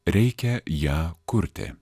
reikia ją kurti